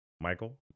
Michael